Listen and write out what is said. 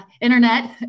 internet